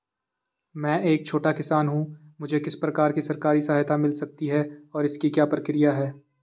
मैं एक छोटा किसान हूँ मुझे किस प्रकार की सरकारी सहायता मिल सकती है और इसकी क्या प्रक्रिया है?